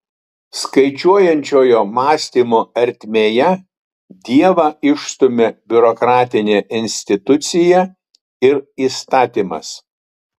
skaičiuojančiojo mąstymo ertmėje dievą išstumia biurokratinė institucija ir įstatymas